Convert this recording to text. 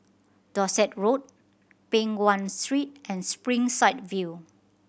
Dorset Road Peng Nguan Street and Springside View